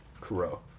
Kuro